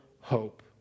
hope